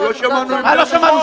לא, לא שמענו --- מה לא שמענו?